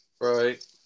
right